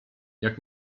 jak